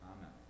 Amen